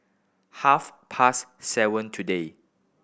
half past seven today